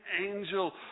angel